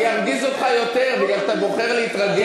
אני ארגיז אותך יותר, מכיוון שאתה בוחר להתרגז.